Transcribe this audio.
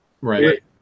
Right